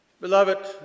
Beloved